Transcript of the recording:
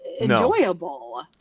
enjoyable